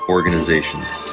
Organizations